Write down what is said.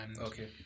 Okay